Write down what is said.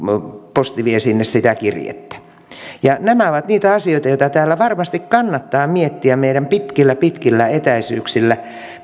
posti vie sinne sitä kirjettä nämä ovat niitä asioita joita täällä varmasti kannattaa miettiä meidän pitkillä pitkillä etäisyyksillä